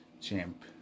champ